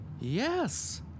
Yes